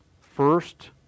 first